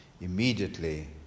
Immediately